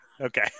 Okay